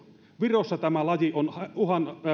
virossa tämä laji on